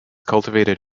cultivated